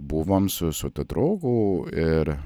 buvom su su tuo draugu ir